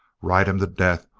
ride him to death,